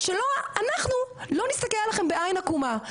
שלא אנחנו לא נסתכל עליכם בעין עקומה.